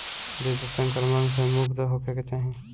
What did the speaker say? बीज संक्रमण से मुक्त होखे के चाही